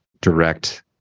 direct